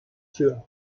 sûr